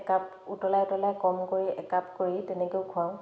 একাপ উতলাই উতলাই কম কৰি একাপ কৰি তেনেকৈয়ো খুৱাওঁ